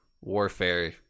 warfare